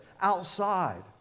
outside